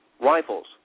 rifles